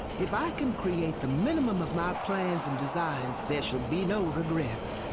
if i can create the minimum of my plans and desires, there shall be no regrets.